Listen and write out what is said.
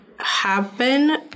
happen